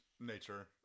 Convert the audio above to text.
nature